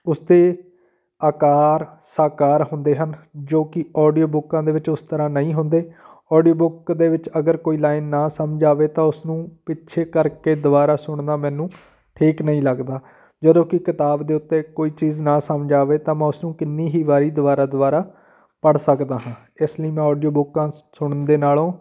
ਉਸ 'ਤੇ ਆਕਾਰ ਸਾਕਾਰ ਹੁੰਦੇ ਹਨ ਜੋ ਕਿ ਓਡੀਓ ਬੁੱਕਾਂ ਦੇ ਵਿੱਚ ਉਸ ਤਰ੍ਹਾਂ ਨਹੀਂ ਹੁੰਦੇ ਓਡੀਓ ਬੁੱਕ ਦੇ ਵਿੱਚ ਅਗਰ ਕੋਈ ਲਾਈਨ ਨਾ ਸਮਝ ਆਵੇ ਤਾਂ ਉਸਨੂੰ ਪਿੱਛੇ ਕਰਕੇ ਦੁਬਾਰਾ ਸੁਣਨਾ ਮੈਨੂੰ ਠੀਕ ਨਹੀਂ ਲੱਗਦਾ ਜਦੋਂ ਕਿ ਕਿਤਾਬ ਦੇ ਉੱਤੇ ਕੋਈ ਚੀਜ਼ ਨਾ ਸਮਝ ਆਵੇ ਤਾਂ ਮੈਂ ਉਸ ਨੂੰ ਕਿੰਨੀ ਹੀ ਵਾਰੀ ਦੁਬਾਰਾ ਦੁਬਾਰਾ ਪੜ੍ਹ ਸਕਦਾ ਹਾਂ ਇਸ ਲਈ ਮੈਂ ਓਡੀਓ ਬੁੱਕਾਂ ਸੁਣਨ ਦੇ ਨਾਲੋਂ